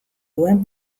duen